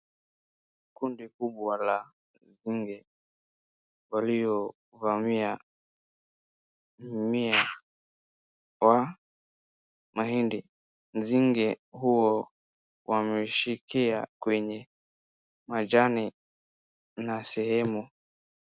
Kundi kubwa la nzige waliovamia mmea wa mahindi. Nzige huo wameshikia kwenye majani na sehemu.